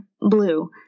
blue